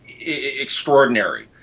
extraordinary